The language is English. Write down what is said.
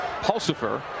Pulsifer